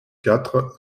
quatre